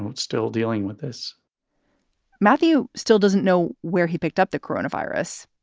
and still dealing with this matthew still doesn't know where he picked up the coronavirus.